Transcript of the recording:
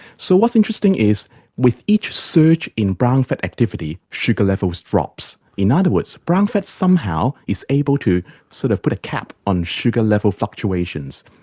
so what's interesting is with each surge in brown fat activity, sugar levels drops. in other words, brown fat somehow is able to sort of put a cap on sugar level fluctuations.